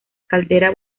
caldera